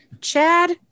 Chad